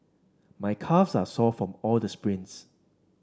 my calves are sore from all the sprints